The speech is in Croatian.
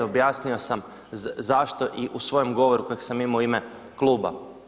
Objasnio sam zašto i u svojem govoru kak sam imo u ime kluba.